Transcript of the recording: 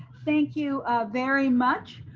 thank you very much.